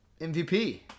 MVP